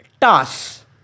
toss